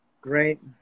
Great